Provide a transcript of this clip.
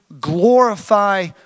glorify